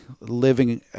living